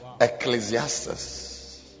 ecclesiastes